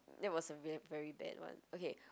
that was a very very bad [one] okay